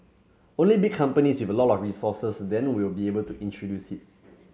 only big companies with a lot of resources then will be able to introduce it